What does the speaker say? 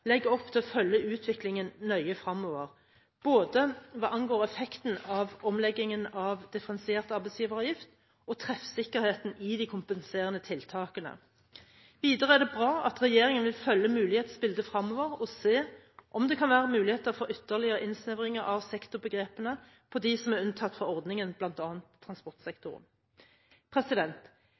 opp til å følge utviklingen nøye fremover, både hva angår effekten av omleggingen av differensiert arbeidsgiveravgift og treffsikkerheten i de kompenserende tiltakene. Videre er det bra at regjeringen vil følge mulighetsbildet fremover og se om det kan være muligheter for ytterligere innsnevringer av sektorbegrepene for dem som er unntatt fra ordningen,